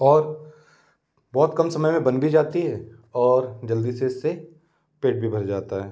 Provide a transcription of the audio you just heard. और बहुत कम समय में बन भी जाती है और जल्दी से इससे पेट भी भर जाता है